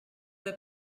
der